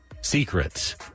secrets